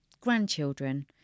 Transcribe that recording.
grandchildren